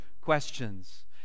questions